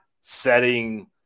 setting